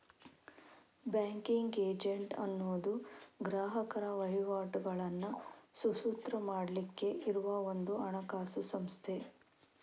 banking agent ಅನ್ನುದು ಗ್ರಾಹಕರ ವಹಿವಾಟುಗಳನ್ನ ಸುಸೂತ್ರ ಮಾಡ್ಲಿಕ್ಕೆ ಇರುವ ಒಂದು ಹಣಕಾಸು ಸಂಸ್ಥೆ